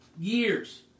years